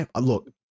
Look